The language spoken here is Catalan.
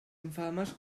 infames